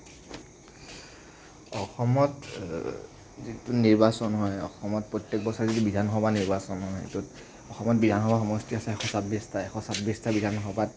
অসমত যিটো নিৰ্বাচন হয় অসমত প্ৰত্যেক বছৰে যি বিধানসভা নিৰ্বাচন হয় য'ত অসমত বিধানসভা সমষ্টি আছে এশ ছাব্বিশটা এশ ছাব্বিশটা বিধানসভাত